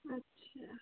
अच्छा